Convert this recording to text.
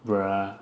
bruh